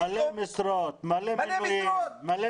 מלא משרות פתאום.